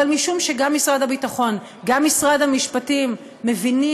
אבל משום שגם משרד הביטחון וגם משרד המשפטים מבינים